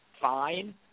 fine